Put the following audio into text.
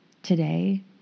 Today